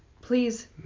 please